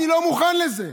אני לא מוכן לזה.